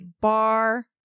bar